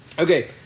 Okay